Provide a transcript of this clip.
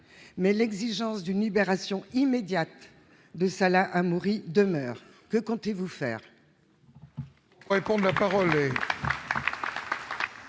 mais l'exigence d'une libération immédiate de Salah Hamouri demeure : que comptez-vous faire.